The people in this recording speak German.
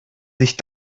sich